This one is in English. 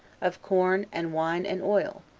of corn, and wine, and oil,